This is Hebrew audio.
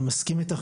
אני מסכים איתך,